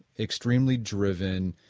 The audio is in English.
extremely driven,